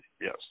Yes